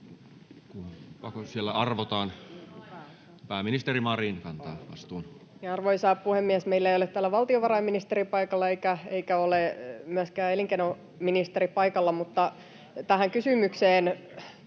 Arvoisa puhemies! Meillä ei ole täällä valtiovarainministeri paikalla eikä ole myöskään elinkeinoministeri paikalla, mutta tähän kysymykseen: